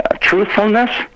truthfulness